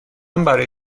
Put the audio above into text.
برای